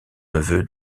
neveu